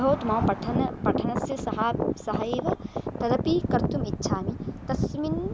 भवतु मम पठनं पठनस्य सह सहैव तदपि कर्तुम् इच्छामि तस्मिन्